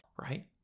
Right